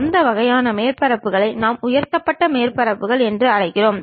அந்த வகையான மேற்பரப்புகளை நாம் உயர்த்தப்பட்ட மேற்பரப்புகள் என்று அழைக்கிறோம்